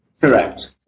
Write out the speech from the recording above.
Correct